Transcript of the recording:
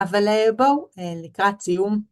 אבל בואו לקראת סיום